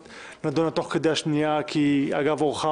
גם אם אחת נדונה תוך כדי השנייה אגב אורחא,